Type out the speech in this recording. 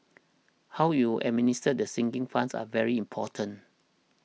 how you administer the sinking funds are very important